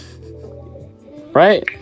Right